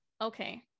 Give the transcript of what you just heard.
okay